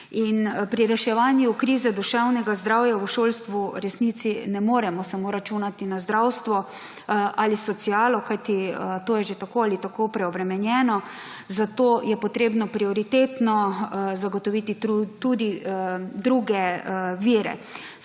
pri reševanju krize duševnega zdravja v šolstvu v resnici ne moremo samo računati na zdravstvo ali socialo, kajti to je že tako ali tako preobremenjeno. Zato je potrebno prioritetno zagotoviti tudi druge vire,